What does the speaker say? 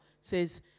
Says